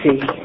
see